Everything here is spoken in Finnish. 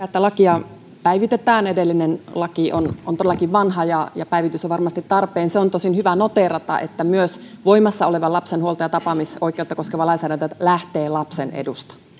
että lakia päivitetään edellinen laki on on todellakin vanha ja ja päivitys on varmasti tarpeen se on tosin hyvä noteerata että myös voimassa oleva lapsen huolto ja tapaamisoikeutta koskeva lainsäädäntö lähtee lapsen edusta